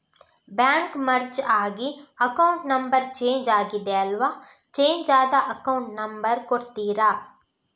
Bank merge ಆಗಿ account number change ಆಗಿದೆ ಅಲ್ವಾ, ಚೇಂಜ್ ಆದ ಅಕೌಂಟ್ ನಂಬರ್ ಕೊಡ್ತೀರಾ?